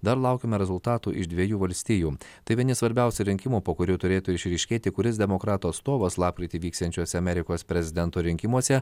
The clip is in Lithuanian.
dar laukiame rezultatų iš dviejų valstijų tai vieni svarbiausių rinkimų po kurių turėtų išryškėti kuris demokratų atstovas lapkritį vyksiančiuose amerikos prezidento rinkimuose